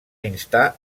instar